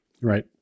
Right